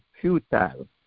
futile